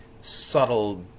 subtle